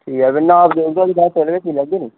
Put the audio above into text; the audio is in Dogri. ठीक ऐ फी नाप देई उड़गा